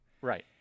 Right